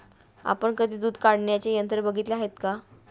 आपण कधी दूध काढण्याचे यंत्र बघितले आहे का?